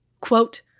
Quote